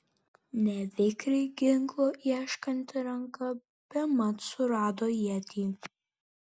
nevikriai ginklo ieškanti ranka bemat surado ietį